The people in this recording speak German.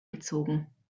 gezogen